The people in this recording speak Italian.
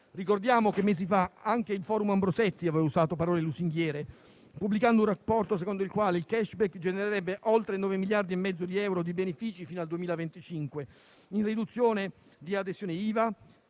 Ricordiamo che mesi fa anche il Forum Ambrosetti aveva usato parole lusinghiere, pubblicando un rapporto secondo il quale il *cashback* genererebbe oltre 9 miliardi e mezzo di euro di benefici fino al 2025, in termini di riduzione di